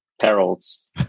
perils